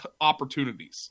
opportunities